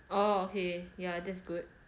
orh okay yeah that's good